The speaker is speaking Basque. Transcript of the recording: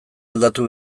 aldatu